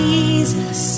Jesus